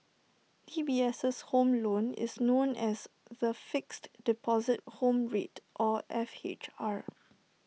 D B S home loan is known as the Fixed Deposit Home Rate or F H R